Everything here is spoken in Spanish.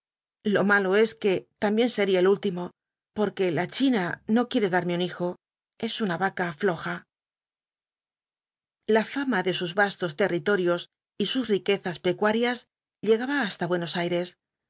lo malo es que también sería el último porque la china no quiere darme un hijo es una vaca floja la fama de sus vastos territorios y sus riquezas pecuarias llegaba hasta buenos aires